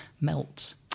melts